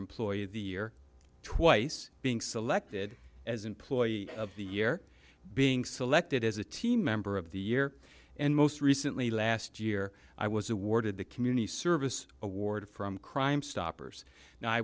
employee of the year twice being selected as employee of the year being selected as a team member of the year and most recently last year i was awarded the community service award from crimestoppers